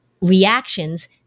reactions